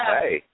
hey